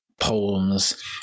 poems